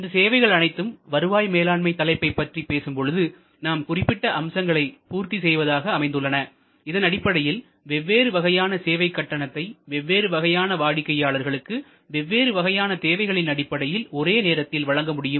இந்த சேவைகள் அனைத்தும் வருவாய் மேலாண்மை தலைப்பை பற்றி பேசும்பொழுது நாம் குறிப்பிட்ட அம்சங்களை பூர்த்தி செய்வதாக அமைந்துள்ளன இதனடிப்படையில் வெவ்வேறு வகையான சேவை கட்டணத்தை வெவ்வேறு வகையான வாடிக்கையாளர்களுக்கு வெவ்வேறு வகையான தேவைகளின் அடிப்படையில் ஒரே நேரத்தில் வழங்க முடியும்